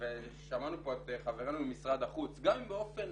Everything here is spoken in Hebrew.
שמענו פה את חברנו ממשרד החוץ גם אם באופן,